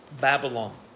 Babylon